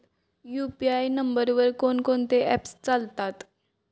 UPI नंबरवर कोण कोणते ऍप्स चालतात?